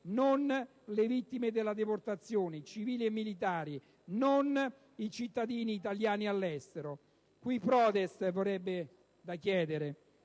non le vittime della deportazione, civili e militari; non i cittadini italiani all'estero. Verrebbe da chiedere: